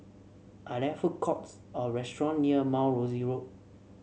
are there food courts or restaurant near Mount Rosie Road